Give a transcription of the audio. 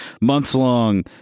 months-long